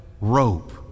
rope